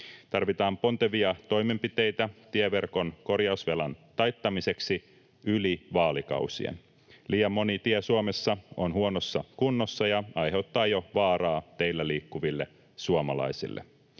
Tarvitaan pontevia toimenpiteitä tieverkon korjausvelan taittamiseksi yli vaalikausien. Liian moni tie Suomessa on huonossa kunnossa ja aiheuttaa jo vaaraa teillä liikkuville suomalaisille.